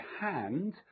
hand